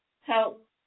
help